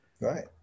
right